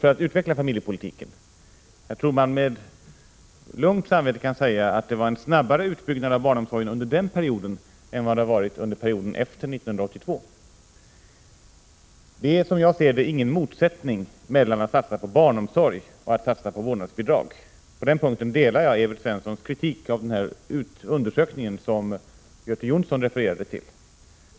Jag tror att man med lugnt samvete kan säga att det var en snabbare utbyggnad av barnomsorgen under den perioden än vad det har varit under perioden efter 1982. Det är som jag ser det ingen motsättning mellan att satsa på barnomsorg och att satsa på vårdnadsbidrag. På den punkten delar jag Evert Svenssons kritik av den undersökning som Göte Jonsson refererade till.